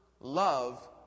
love